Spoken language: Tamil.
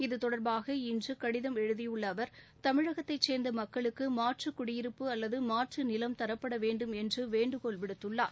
இதுதொடர்பாக இன்று கடிதம் எழுதியுள்ள அவர் தமிழகத்தை சேர்ந்த மக்களுக்கு மாற்று குடியிருப்பு அல்லது மாற்று நிலம் தரப்படவேண்டும் என்று வேண்டுகோள் விடுத்துள்ளார்